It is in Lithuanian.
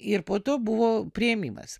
ir po to buvo priėmimas